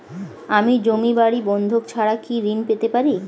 আমি জমি বাড়ি বন্ধক ছাড়া কি ঋণ পেতে পারি?